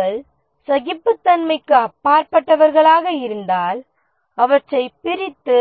அவர்கள் சகிப்புத்தன்மைக்கு அப்பாற்பட்டவர்களாக இருந்தால் அவற்றைப் பிரித்து